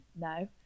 no